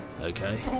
Okay